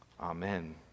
Amen